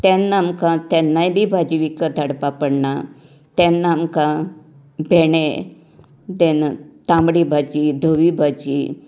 तेन्ना आमकां तेन्नाय बी आमकां भाजी विकत हाडपाक पडना तेन्ना आमकां भेंडें देन तांबडी भाजी धवीं भाजी